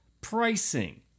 pricing